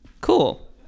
Cool